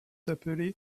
appelé